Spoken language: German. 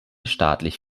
staatlich